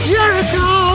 Jericho